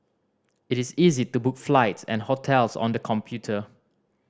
it is easy to book flights and hotels on the computer